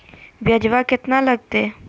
ब्यजवा केतना लगते?